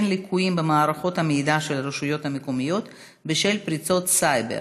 ליקויים במערכות המידע של הרשויות המקומיות בשל פריצות סייבר,